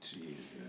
Jesus